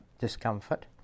discomfort